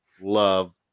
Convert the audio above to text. love